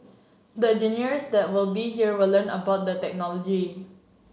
the engineers that will be here will learn about the technology